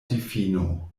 difino